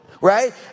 right